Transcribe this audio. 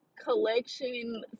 collection